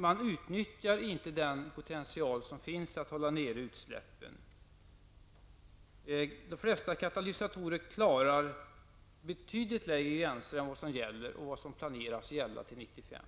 Man utnyttjar inte den potential som finns att hålla nere utsläppen. De flesta katalysatorer klarar betydligt lägre gränser än dem som gäller och planeras gälla till år 1995.